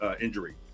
injury